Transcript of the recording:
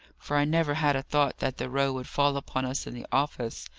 for i never had a thought that the row would fall upon us in the office.